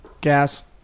Gas